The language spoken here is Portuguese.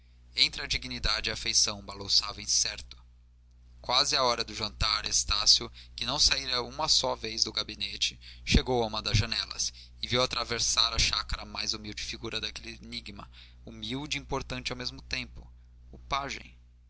entre a dignidade e a afeição balouçava incerto quase à hora do jantar estácio que não saíra uma só vez do gabinete chegou a uma das janelas e viu atravessar a chácara a mais humilde figura daquele enigma humilde e importante ao mesmo tempo o pajem